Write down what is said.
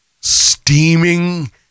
steaming